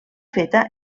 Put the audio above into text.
feta